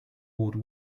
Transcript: world